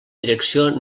direcció